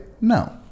No